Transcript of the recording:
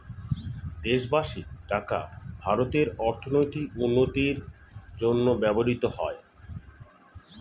দেশবাসীর টাকা ভারতের অর্থনৈতিক উন্নতির জন্য ব্যবহৃত হয়